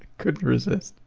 couldn't resist.